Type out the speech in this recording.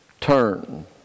turn